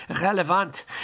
relevant